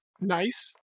Nice